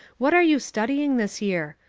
what are you studying this year?